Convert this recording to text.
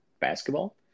basketball